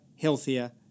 healthier